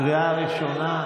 קריאה ראשונה.